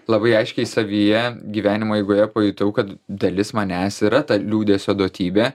labai aiškiai savyje gyvenimo eigoje pajutau kad dalis manęs yra ta liūdesio duotybė